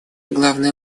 главные